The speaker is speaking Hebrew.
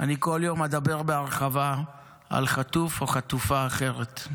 בכל יום אני אדבר בהרחבה על חטוף או חטופה אחרת.